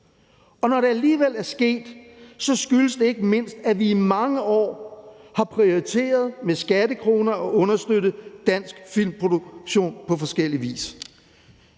og når det alligevel er sket, skyldes det ikke mindst, at vi i mange år har prioriteret med skattekroner at understøtte dansk filmproduktion på forskellig vis.